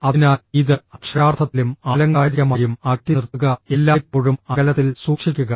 അതിനാൽ ഇത് അക്ഷരാർത്ഥത്തിലും ആലങ്കാരികമായും അകറ്റി നിർത്തുക എല്ലായ്പ്പോഴും അകലത്തിൽ സൂക്ഷിക്കുക